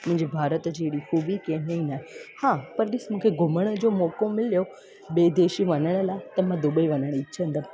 मुंहिंजे भारत जी ख़ूबी कंहिंमें ई आहे हा मूंखे घुमण जो मौक़ो मिलियो ॿिए देश में हलण लाइ त मां दुबई वञणु चाहींदमि